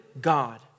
God